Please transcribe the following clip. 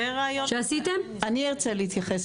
אני ארצה להתייחס,